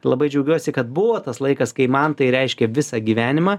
labai džiaugiuosi kad buvo tas laikas kai man tai reiškė visą gyvenimą